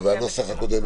איך זה מופיע בנוסח הקודם?